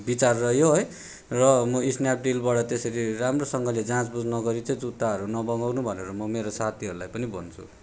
विचार रह्यो है र म स्न्यापडिलबाट त्यसरी राम्रोसँगले जाँच बुझ नगरी चाहिँ जुत्ताहरू नमगाउनु भनेर मेरो साथीहरूलाई पनि भन्छु